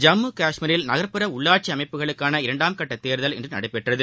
ஜம்மு கஷ்மீரில் நகர்ப்புற உள்ளாட்சி அமைப்புகளுக்கான இரண்டாம் கட்ட தேர்தல் இன்று நடைபெற்றது